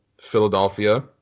Philadelphia